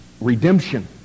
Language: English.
redemption